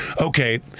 okay